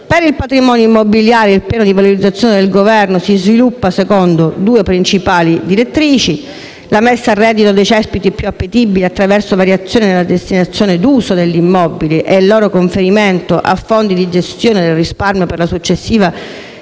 il patrimonio immobiliare, il piano di valorizzazione del Governo si sviluppa secondo due principali direttrici: la messa a reddito dei cespiti più appetibili, attraverso variazioni nella destinazione d'uso degli immobili, il loro conferimento a fondi di gestione del risparmio per la successiva